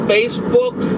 Facebook